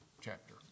chapter